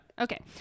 Okay